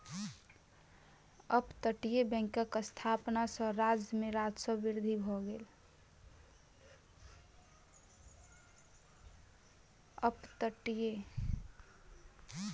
अपतटीय बैंकक स्थापना सॅ राज्य में राजस्व वृद्धि भेल